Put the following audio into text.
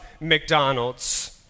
McDonald's